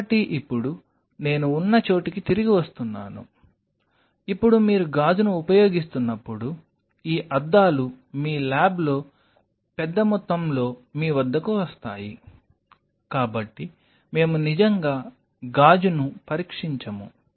కాబట్టి ఇప్పుడు నేను ఉన్న చోటికి తిరిగి వస్తున్నాను కాబట్టి ఇప్పుడు మీరు గాజును ఉపయోగిస్తున్నప్పుడు ఈ అద్దాలు మీ ల్యాబ్లో పెద్దమొత్తంలో మీ వద్దకు వస్తాయి కాబట్టి మేము నిజంగా గాజును పరీక్షించము